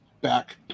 back